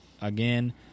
again